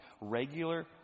regular